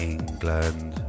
England